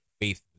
faith